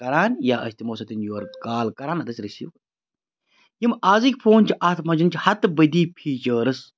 کَران یا أسۍ تِمو سۭتۍ یورٕ کال کَران نَتہٕ ٲسۍ رِسیٖو یِم آزٕکۍ فون چھِ اَتھ منٛز چھِ ہَتہٕ بٔدی فیٖچٲرٕس